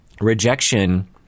rejection